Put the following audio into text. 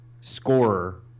scorer